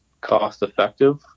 cost-effective